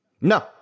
No